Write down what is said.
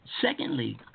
Secondly